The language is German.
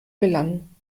gelangen